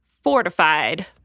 fortified